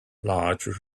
larger